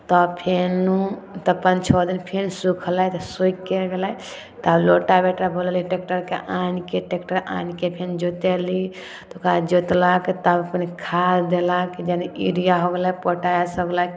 तऽ फेन तऽ पाँच छओ दिन फेन सुखलै तऽ सुखिके गेलै तऽ लोटा बेटा बोललै टेक्टरके आनिके टेक्टर आनिके फेन जोतेली तऽ ओकरा जोतलक तब अपन खाद देलक जानू यूरिआ हो गेलै पोटाश सब लै